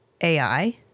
AI